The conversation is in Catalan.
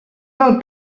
del